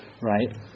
right